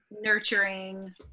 nurturing